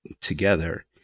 together